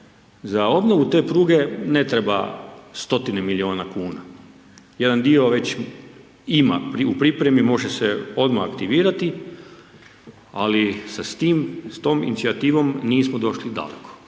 Za obnovu te pruge ne treba stotine milijuna kuna. Jedan dio već ima u pripremi, može se odmah aktivirati ali sa tom inicijativom nismo došli daleko